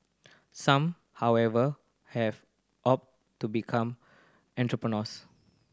some however have opt to become entrepreneurs